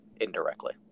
indirectly